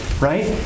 right